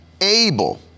able